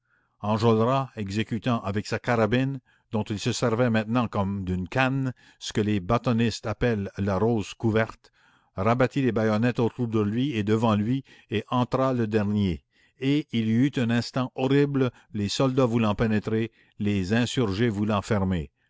enjolras exécutant avec sa carabine dont il se servait maintenant comme d'une canne ce que les bâtonnistes appellent la rose couverte rabattit les bayonnettes autour de lui et devant lui et entra le dernier et il y eut un instant horrible les soldats voulant pénétrer les insurgés voulant fermer